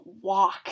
walk